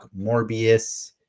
Morbius